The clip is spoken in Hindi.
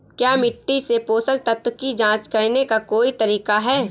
क्या मिट्टी से पोषक तत्व की जांच करने का कोई तरीका है?